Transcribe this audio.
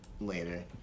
later